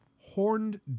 horned